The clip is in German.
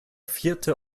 vierte